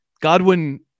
Godwin